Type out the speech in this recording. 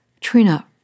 Trina